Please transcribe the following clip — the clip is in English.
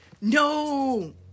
No